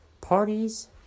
parties